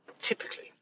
typically